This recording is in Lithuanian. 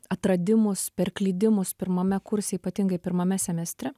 atradimus per klydimus pirmame kurse ypatingai pirmame semestre